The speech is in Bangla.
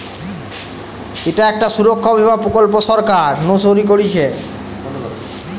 ইটা একটা সুরক্ষা বীমা প্রকল্প সরকার নু শুরু করতিছে